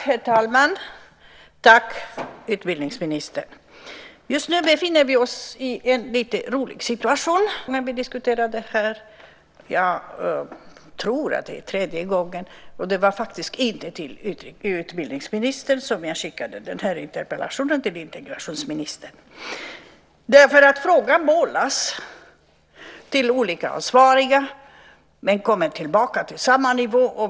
Herr talman! Tack, utbildningsministern! Just nu befinner vi oss i en lite rolig situation. Det är inte första gången vi diskuterar det här - jag tror att det är tredje gången. Det var inte till utbildningsministern som jag skickade interpellationen, utan till integrationsministern. Frågan bollas till olika ansvariga, men kommer tillbaka till samma nivå.